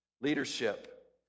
Leadership